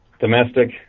domestic